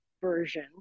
version